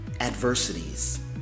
adversities